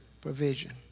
Provision